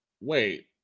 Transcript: wait